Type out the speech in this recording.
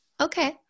Okay